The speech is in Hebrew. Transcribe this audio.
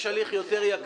יש הליך יותר יקר